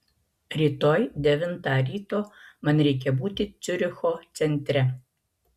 rytoj devintą ryto man reikia būti ciuricho centre